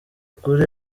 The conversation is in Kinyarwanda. ukuri